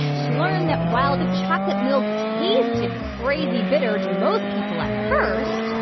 she learned that while the chocolate milk tasted crazy-bitter to most people at first.